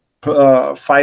Fight